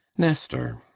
nestor.